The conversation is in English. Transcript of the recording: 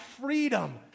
freedom